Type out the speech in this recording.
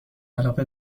علاقه